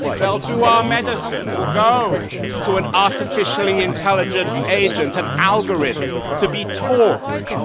they'll do our medicine. we'll go to an artificial intelligent agent, an algorithm to be taught.